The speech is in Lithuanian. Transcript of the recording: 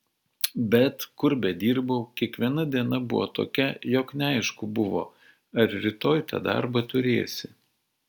bet kur bedirbau kiekviena diena buvo tokia jog neaišku buvo ar rytoj tą darbą turėsi